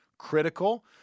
critical